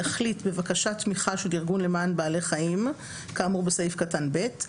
יחליט בבקשת תמיכה של ארגון למען בעלי חיים כאמור בסעיף קטן (ב)